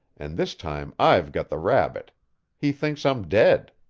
and this time i've got the rabbit he thinks i'm dead.